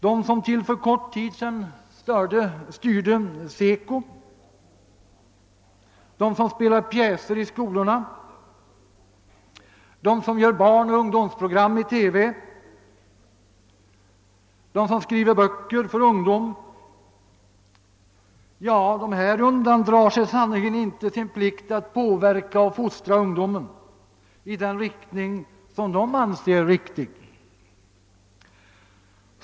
De som till för kort tid sedan styrde SECO, de som spelar pjäser i skolorna, de som gör barnoch ungdomsprogram i TV, de som skriver böcker för ungdom, de undandrar sig sannerligen inte sin plikt att påverka och fostra ungdomen i den riktning som de anser vara den rätta.